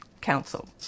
Council